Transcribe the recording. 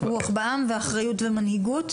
רוח בעם ואחריות ומנהיגות?